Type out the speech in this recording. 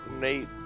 Nate